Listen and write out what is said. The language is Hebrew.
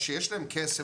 שיש להם כסף,